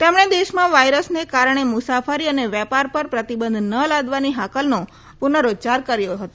તેમણે દેશમાં વાયરસને કારણે મુસાફરી અને વેપાર પર પ્રતિબંધ ન લાદવાની હાંકલનો પુર્નરુચ્ચાર કર્યો હતો